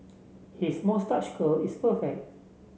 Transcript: his moustache curl is perfect